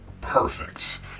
Perfect